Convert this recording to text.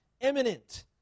imminent